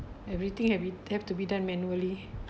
everything have we have to be done manually